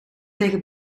tegen